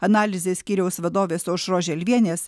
analizės skyriaus vadovės aušros želvienės